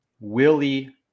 Willie